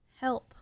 Help